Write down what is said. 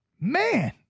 Man